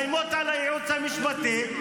מאיימות על הייעוץ המשפטי,